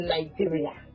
Nigeria